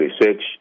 research